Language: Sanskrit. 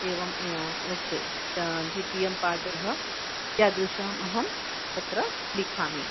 एवं निश्चये द्वितीयः पादः यादृशम् अहं तत्र लिखामि